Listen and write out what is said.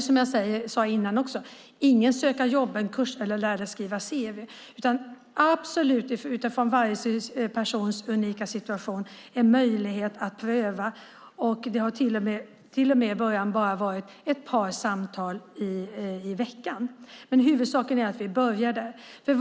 Som jag sade tidigare är det inte någon söka-jobb-kurs eller kurs i att lära sig skriva cv utan en möjlighet att utifrån varje persons unika situation prövas. I början har det till och med kunnat handla om endast ett par samtal i veckan. Huvudsaken är att vi börjar.